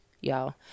y'all